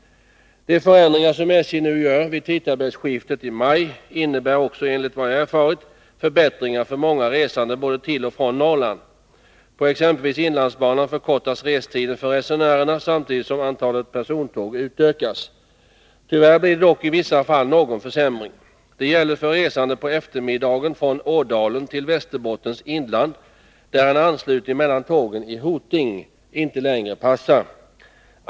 De förändringar som SJ nu gör vid tidtabellsskiftet i maj innebär också, enligt vad jag erfarit, förbättringar för många resande både till och från Norrland. På exempelvis inlandsbanan förkortas restiden för resenärerna samtidigt som antalet persontåg utökas. Tyvärr blir det dock i vissa fall någon försämring. Det gäller för resande på eftermiddagen från Ådalen till Västerbottens inland, där en anslutning mellan tågen i Hoting inte längre passar.